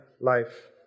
life